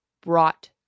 brought